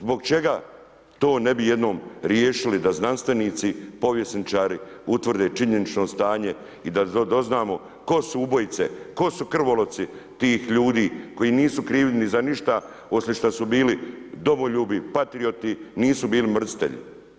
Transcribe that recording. Zbog čega to ne bi jednom riješili da znanstvenici, povjesničari utvrde činjenično stanje i da doznamo tko su ubojice, tko su krvoloci tih ljudi koji nisu krivi ni za ništa, osim šta su bili domoljubi, patrijoti, nisu bili mrzitelji?